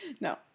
No